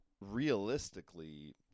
realistically